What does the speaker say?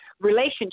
relationship